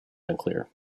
unclear